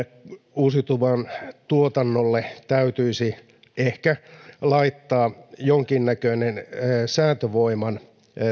uusiutuvan tuotannolle täytyisi laittaa jonkinnäköinen säätövoiman